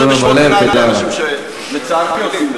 בשמות גנאי לאנשים שלצערי עושים את זה.